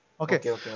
Okay